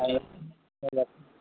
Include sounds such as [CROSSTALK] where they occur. ஆ [UNINTELLIGIBLE] எல்லோத்துக்கும்